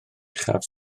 uchaf